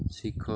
ଶିଖ